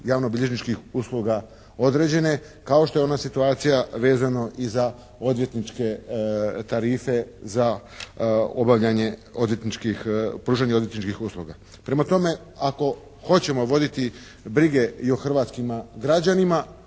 javnobilježničkih usluga određene kao što je ona situacija vezano i za odvjetničke tarife za obavljanje odvjetničkih, pružanje odvjetničkih usluga. Prema tome, ako hoćemo voditi brige i o hrvatskima građanima,